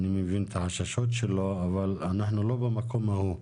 אני מבין את החששות שלו, אבל אנחנו לא במקום ההוא.